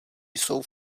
jsou